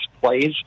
plays